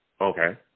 Okay